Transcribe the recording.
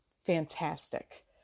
fantastic